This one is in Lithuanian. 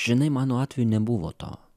žinai mano atveju nebuvo to